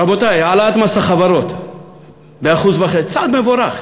רבותי, העלאת מס החברות ב-1.5% צעד מבורך.